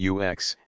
UX